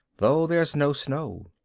though there's no snow.